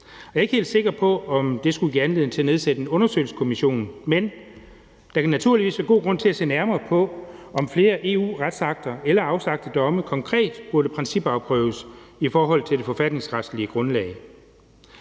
Jeg er ikke helt sikker på, om det skulle give anledning til at nedsætte en undersøgelseskommission, men der kan naturligvis være god grund til at se nærmere på, om flere EU-retsakter eller afsagte domme konkret burde principafprøves i forhold til det forfatningsretlige grundlag.